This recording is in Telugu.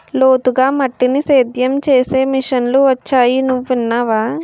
లోతుగా మట్టిని సేద్యం చేసే మిషన్లు వొచ్చాయి నువ్వు విన్నావా?